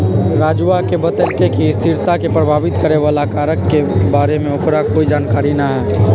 राजूवा ने बतल कई कि स्थिरता के प्रभावित करे वाला कारक के बारे में ओकरा कोई जानकारी ना हई